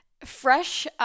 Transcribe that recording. fresh